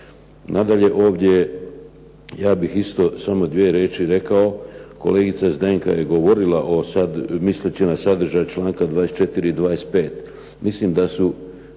Nadalje, ovdje ja bih isto samo dvije riječi rekao. Kolegica Zdenka je govorila misleći na sadržaja članka 24. i 25. Mislim da su